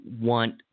want